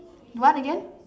what again